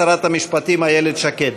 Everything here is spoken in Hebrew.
שרת המשפטים איילת שקד.